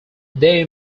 they